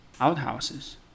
outhouses